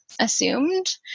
assumed